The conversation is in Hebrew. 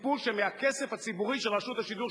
וציפו שמהכסף הציבורי של רשות השידור,